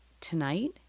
tonight